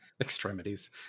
extremities